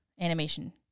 animation